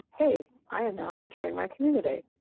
hey, i am now entering my community.